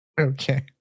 okay